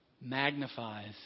magnifies